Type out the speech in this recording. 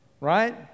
right